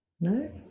No